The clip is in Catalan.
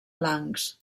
blancs